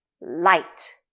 light